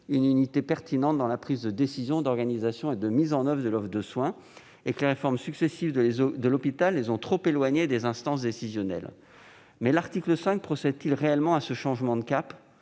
une unité pertinente dans la prise de décision, d'organisation et de mise en oeuvre de l'offre de soins, et que les réformes successives de l'hôpital les ont trop éloignés des instances décisionnelles. Pour autant, l'article 5 procède-t-il réellement à ce changement de cap ?